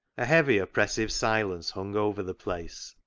a heavy, oppressive silence hung over the place,